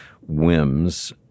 whims